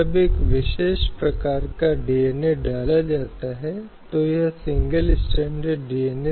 अब इस प्रत्येक मुद्दे में यह देखा गया था कि अंतिम छोर पर महिलाएं थीं